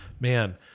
man